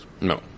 No